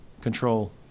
control